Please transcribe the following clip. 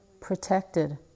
protected